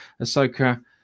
Ahsoka